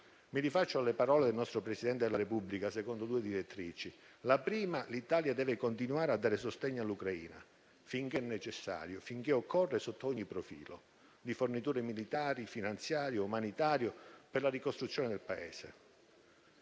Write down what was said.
Mi rifaccio alle parole del nostro Presidente della Repubblica, secondo due direttrici. La prima: l'Italia deve continuare a dare «sostegno all'Ucraina finché è necessario, finché occorre, sotto ogni profilo: di forniture militari, finanziario, umanitario, per la ricostruzione del Paese.